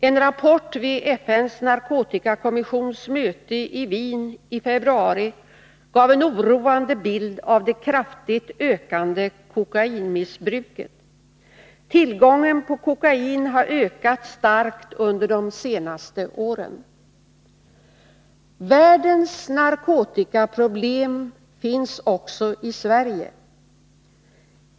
En rapport vid FN:s narkotikakommissions möte i Wien i februari gav en oroande bild av det kraftigt ökande kokainmissbruket. Tillgången på kokain har ökat starkt under de senaste åren. Världens narkotikaproblem finns också i Sverige.